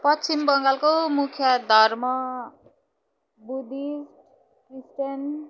पश्चिम बङ्गालको मुख्य धर्म बुद्धिस्ट क्रिस्चियन